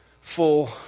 Full